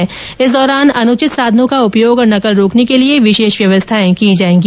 परीक्षा के दौरान अनुचित साधनों का उपयोग और नकल रोकने के लिए विशेष व्यवस्थाएं की जायेंगी